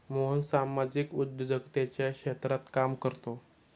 मोहन सामाजिक उद्योजकतेच्या क्षेत्रात काम करतो